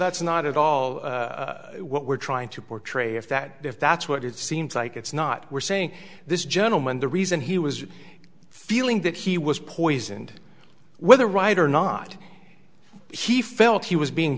that's not at all what we're trying to portray if that if that's what it seems like it's not we're saying this gentleman the reason he was feeling that he was poisoned whether right or not he felt he was being